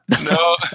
No